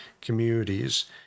communities